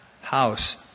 house